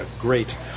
great